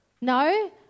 No